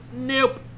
nope